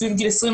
סביב גיל 21,